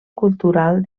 cultural